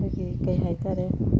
ꯑꯩꯈꯣꯏꯒꯤ ꯀꯔꯤ ꯍꯥꯏꯇꯔꯦ